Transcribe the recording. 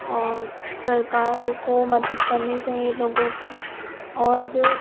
और सरकार को मदद करनी चाहिए लोगों की और जो